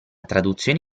traduzione